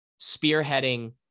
spearheading